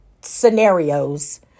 scenarios